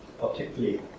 particularly